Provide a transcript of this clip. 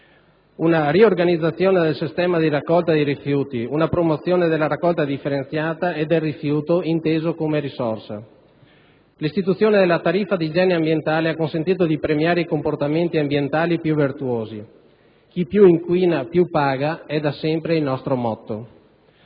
una riorganizzazione del sistema di raccolta dei rifiuti ed una promozione della raccolta differenziata e del rifiuto inteso come risorsa. L'istituzione della tariffa di igiene ambientale ha consentito di premiare i comportamenti ambientali più virtuosi: chi più inquina più paga è da sempre il nostro motto.